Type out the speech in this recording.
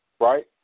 right